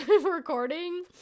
recording